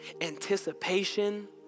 anticipation